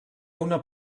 una